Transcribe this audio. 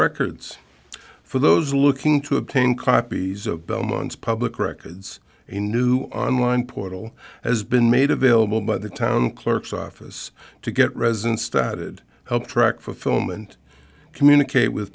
records for those looking to obtain copies of belmont's public records a new online portal as been made available by the town clerk's office to get residence started help track for film and communicate with